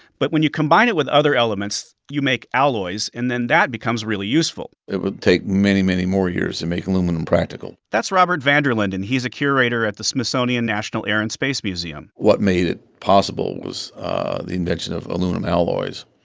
but when you combine it with other elements, you make alloys. and then that becomes really useful it would take many, many more years to and make aluminum practical that's robert van der linden. he's a curator at the smithsonian national air and space museum what made it possible was the invention of aluminum alloys,